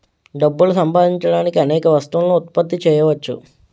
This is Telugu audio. డబ్బులు సంపాదించడానికి అనేక వస్తువులను ఉత్పత్తి చేయవచ్చు